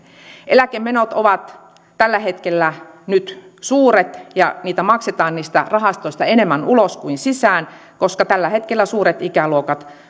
eläkemenot ovat tällä hetkellä nyt suuret ja niitä maksetaan niistä rahastoista enemmän ulos kuin sisään koska tällä hetkellä suuret ikäluokat